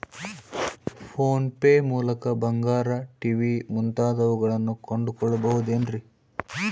Phone pay ಮೂಲಕ ಬಂಗಾರ, TV ಮುಂತಾದವುಗಳನ್ನ ಕೊಂಡು ಕೊಳ್ಳಬಹುದೇನ್ರಿ?